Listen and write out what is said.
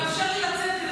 הוא מאפשר לי לצאת.